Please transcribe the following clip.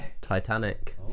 Titanic